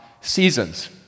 seasons